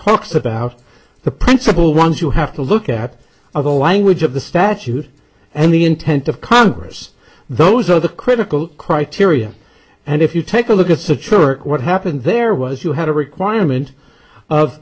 talks about the principle ones you have to look at of the language of the statute and the intent of congress those are the critical criteria and if you take a look at citrix what happened there was you had a requirement of